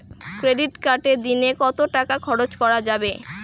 Credit কার্ডে দিনে কত টাকা খরচ করা যাবে?